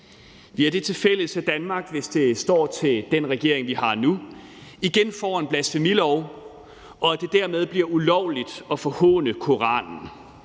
Vi har det tilfælles, at Danmark, hvis det står til den regering, vi har nu, igen får en blasfemilov, og at det dermed bliver ulovligt at forhåne Koranen.